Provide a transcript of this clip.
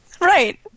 Right